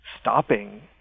stopping